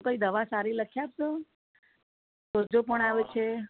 કોઇ દવા સારી લખી આપશો સોજો પણ આવે છે